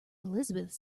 elizabeth